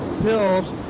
pills